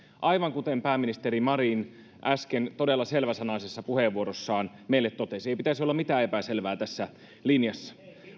aivan kuten pääministeri marin äsken todella selväsanaisessa puheenvuorossaan meille totesi ei pitäisi olla mitään epäselvää tässä linjassa